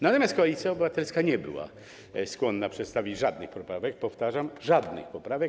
Natomiast Koalicja Obywatelska nie była skłonna przedstawić żadnych poprawek, powtarzam, żadnych poprawek.